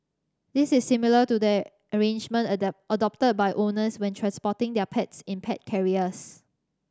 this is similar to the arrangement adopted by owners when transporting their pets in pet carriers